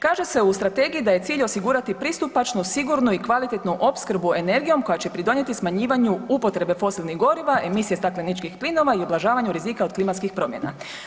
Kaže se u Strategiji da je cilj osigurati pristupačnu, sigurnu i kvalitetnu opskrbu energijom koja će pridonijeti smanjivanju upotrebe fosilnih goriva, emisije stakleničkih plinova i ublažavanju rizika od klimatskih promjena.